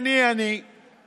אני, אני, אני.